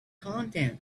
content